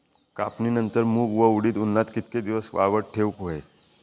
कापणीनंतर मूग व उडीद उन्हात कितके दिवस वाळवत ठेवूक व्हये?